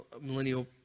millennial